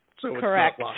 Correct